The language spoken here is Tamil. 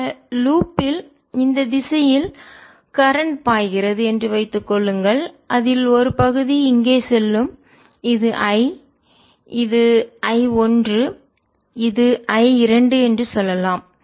இந்த லூப் ல் சுழற்சியில் இந்த திசையில் கரண்ட் மின்னோட்டம் பாய்கிறது என்று வைத்துக் கொள்ளுங்கள் அதில் ஒரு பகுதி இங்கே செல்லும் இது I இது I1 இது I 2 என்று சொல்லலாம்